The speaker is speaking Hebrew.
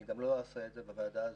ואני גם לא אעשה את זה בוועדה הזו,